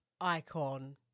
icon